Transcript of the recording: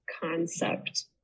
concept